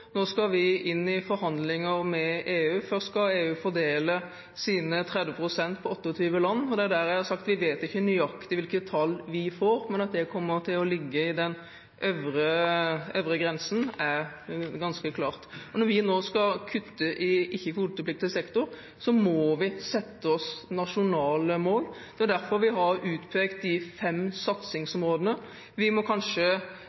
Nå skal vi inn i forhandlinger med EU. Først skal EU fordele sine 30 pst. på 28 land. Der har jeg sagt at vi ikke vet nøyaktig hvilket tall vi får, men at det kommer til å ligge i den øvre grensen, er ganske klart. Og når vi nå skal kutte i ikke-kvotepliktig sektor, må vi sette oss nasjonale mål. Det er derfor vi har utpekt de fem satsingsområdene. Vi må kanskje